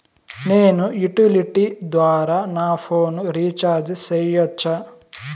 నేను యుటిలిటీ ద్వారా నా ఫోను రీచార్జి సేయొచ్చా?